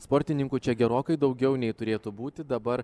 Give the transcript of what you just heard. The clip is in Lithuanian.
sportininkų čia gerokai daugiau nei turėtų būti dabar